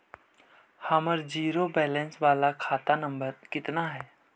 हमर zero balance बाला खाता नम्बर कितना है?